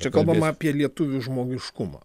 čia kalbama apie lietuvių žmogiškumą